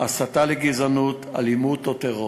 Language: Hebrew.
144: הסתה לגזענות, אלימות או טרור.